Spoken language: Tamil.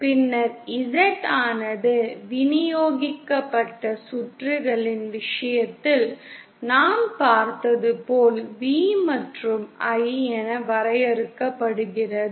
பின்னர் Z ஆனது விநியோகிக்கப்பட்ட சுற்றுகளின் விஷயத்தில் நாம் பார்த்தது போல் V மற்றும் I என வரையறுக்கப்படுகிறது